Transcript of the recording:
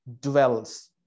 dwells